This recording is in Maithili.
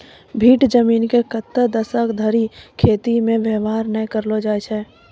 भीठ जमीन के कतै दसक धरि खेती मे वेवहार नै करलो जाय छै